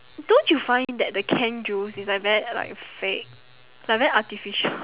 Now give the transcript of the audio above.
don't you find that the canned juice it's like very like fake like very artificial